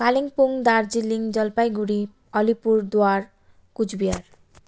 Kalimpong Darjeeling Jalpaiguri Alipurduar Cooch Behar